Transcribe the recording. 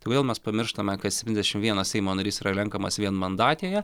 tai kodėl mes pamirštame kad septyniasdešim vienas seimo narys yra renkamas vienmandatėje